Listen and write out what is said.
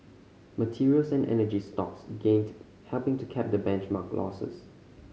materials and energy stocks gained helping to cap the benchmark losses